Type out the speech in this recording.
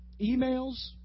Emails